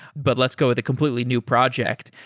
but let's go with a completely new project,